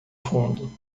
fundo